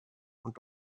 und